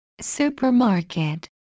supermarket